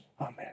amen